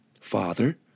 Father